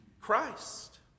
Christ